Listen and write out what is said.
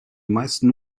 meisten